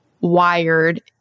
wired